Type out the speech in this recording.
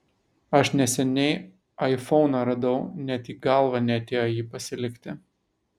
aš neseniai aifoną radau net į galvą neatėjo jį pasilikti